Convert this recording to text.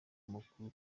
amakuru